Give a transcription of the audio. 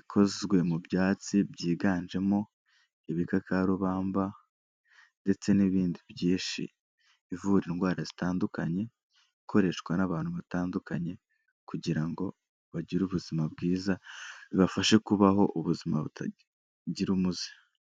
ikozwe mu byatsi byiganjemo ibikakarubamba ndetse n'ibindi ivura indwara zitandukanye, ikoreshwa n'abantu batandukanye kugira ngo bagire ubuzima bwiza, bibafashe kubaho ubuzima butagira umuze.